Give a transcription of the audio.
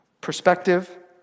perspective